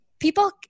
People